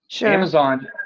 Amazon